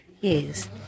yes